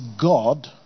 God